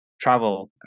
travel